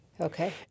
Okay